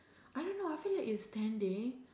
I don't know I feel like its standing